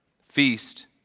feast